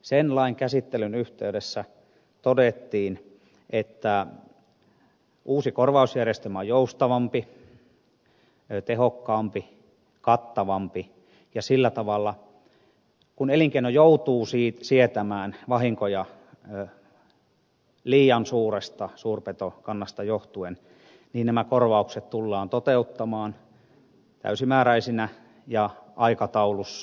sen lain käsittelyn yhteydessä todettiin että uusi korvausjärjestelmä on joustavampi tehokkaampi kattavampi ja sillä tavalla että kun elinkeino joutuu sietämään vahinkoja liian suuresta suurpetokannasta johtuen niin nämä korvaukset tullaan toteuttamaan täysimääräisinä ja aikataulussa